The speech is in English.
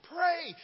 Pray